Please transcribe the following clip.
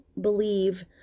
believe